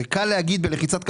זה קל להגיד בלחיצת כפתור,